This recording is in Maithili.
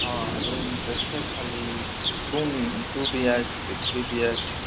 हँ रूम तऽ छै खाली कोन two B H K three B H